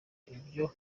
ibyo